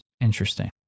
interesting